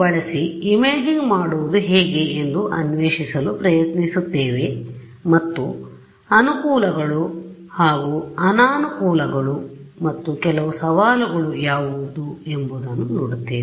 ಬಳಸಿ ಇಮೇಜಿಂಗ್ ಮಾಡುವುದು ಹೇಗೆ ಎಂದು ಅನ್ವೇಷಿಸಲು ಪ್ರಯತ್ನಿಸುತ್ತೇವೆ ಮತ್ತು ಅನುಕೂಲಗಳು ಮತ್ತು ಅನಾನುಕೂಲಗಳು ಮತ್ತು ಕೆಲವು ಸವಾಲುಗಳು ಯಾವುವು ಎಂಬುದನ್ನು ನೋಡುತ್ತೇವೆ